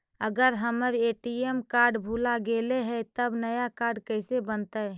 अगर हमर ATM card भुला गैलै हे तब नया काड कइसे बनतै?